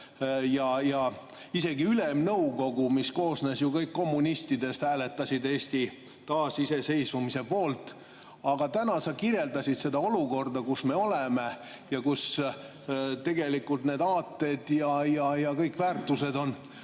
Isegi Ülemnõukogu, mis koosnes ju kommunistidest, hääletas Eesti taasiseseisvumise poolt. Aga täna sa kirjeldasid seda olukorda, kus me oleme ja kus tegelikult need aated ja kõik väärtused on